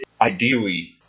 ideally